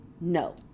No